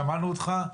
ושמענו אותך,